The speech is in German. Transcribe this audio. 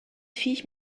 viech